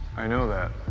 i know that.